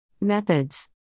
Methods